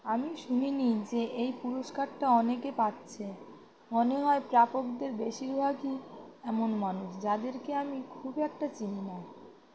আমি শুনিনি যে এই পুরস্কারটা অনেকে পাচ্ছে মনে হয় প্রাপকদের বেশিরভাগই এমন মানুষ যাদেরকে আমি খুব একটা চিনি না